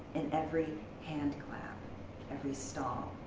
in every hand clap every stomp.